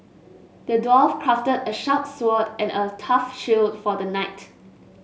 the dwarf crafted a sharp sword and a tough shield for the knight